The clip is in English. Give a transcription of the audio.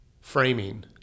framing